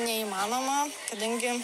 neįmanoma kadangi